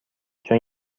چون